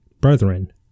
brethren